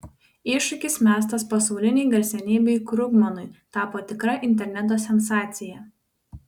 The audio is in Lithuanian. iššūkis mestas pasaulinei garsenybei krugmanui tapo tikra interneto sensacija